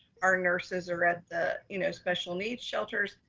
our nurses are at the you know special needs shelters.